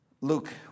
Luke